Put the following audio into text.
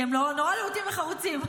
כי הם נורא להוטים וחרוצים,